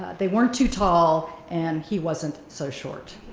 they weren't too tall and he wasn't so short.